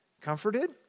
comforted